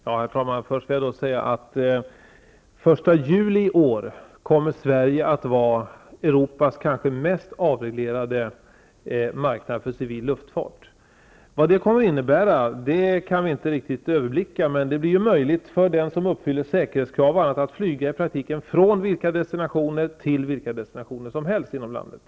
Herr talman! Först vill jag säga att den 1 juli i år kommer Sverige att vara Europas kanske mest avreglerade marknad för civil luftfart. Vad det kommer att innebära kan vi inte riktigt överblicka, men det blir då möjligt för den som uppfyller bl.a. säkerhetskraven att flyga i pratiken från vilka flygplatser som helst till vilka destinationer som helst inom landet.